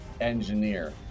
engineer